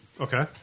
Okay